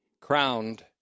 crowned